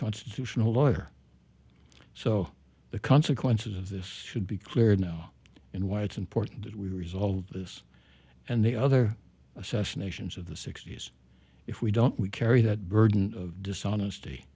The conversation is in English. constitutional lawyer so the consequences of this should be clear now and why it's important that we resolve this and the other assassinations of the sixty's if we don't we carry that burden of dishonesty